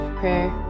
prayer